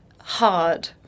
hard